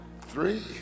three